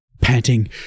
panting